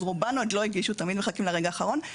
רובן עוד לא הגישו, ותמיד מחכים לרגע האחרון.